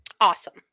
Awesome